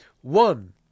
One